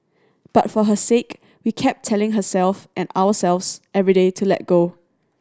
but for her sake we kept telling her and ourselves every day to let go